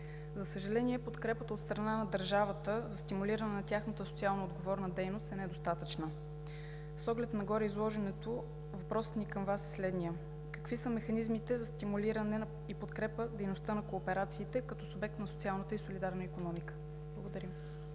За съжаление, подкрепата от страна на държавата за стимулиране на тяхната социално отговорна дейност е недостатъчна. С оглед на гореизложеното, въпросът ми към Вас е следният: какви са механизмите за стимулиране и подкрепа дейността на кооперациите като субект на социалната и солидарна икономика? Благодаря.